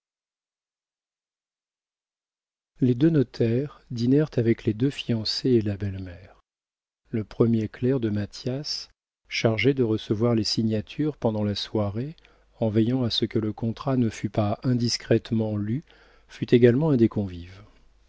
les deux notaires dînèrent avec les deux fiancés et la belle-mère le premier clerc de mathias chargé de recevoir les signatures pendant la soirée en veillant à ce que le contrat ne fût pas indiscrètement lu fut également un des convives